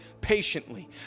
patiently